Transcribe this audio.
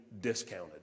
discounted